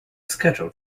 scheduled